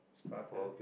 started